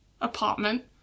apartment